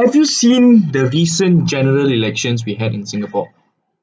have you seen the recent general elections we had in singapore